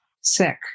sick